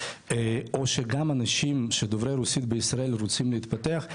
או גם אנשים דוברי רוסים בישראל שרוצים להתפתח,